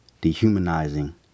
dehumanizing